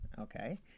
Okay